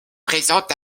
présentes